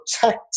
protect